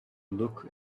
look